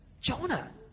Jonah